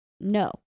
No